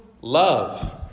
love